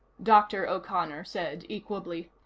dr. o'connor said equably.